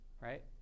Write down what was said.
right